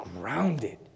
grounded